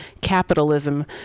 Capitalism